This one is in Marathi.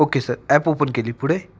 ओके सर ॲप ओपन केली पुढे